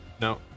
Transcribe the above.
No